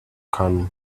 can